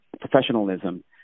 Professionalism